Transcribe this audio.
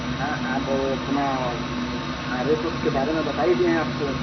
हाँ आप वो अपना हाँ रेट ओट के बारे में बता ही दिए हैं आपको